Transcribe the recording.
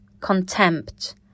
contempt